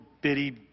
bitty